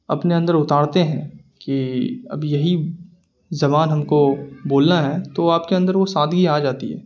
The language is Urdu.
اپنے اندر اتارتے ہیں کہ اب یہی زبان ہم کو بولنا ہیں تو آپ کے اندر وہ سادگی آ جاتی ہے